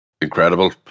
incredible